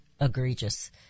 egregious